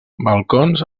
balcons